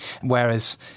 Whereas